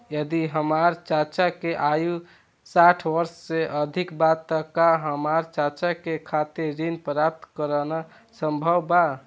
यदि हमार चाचा के आयु साठ वर्ष से अधिक बा त का हमार चाचा के खातिर ऋण प्राप्त करना संभव बा?